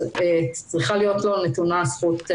צריכה להיות נתונה לו הזכות.